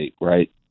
right